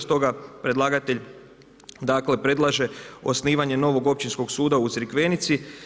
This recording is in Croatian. Stoga predlagatelj dakle predlaže osnivanje novog Općinskog suda u Crikvenici.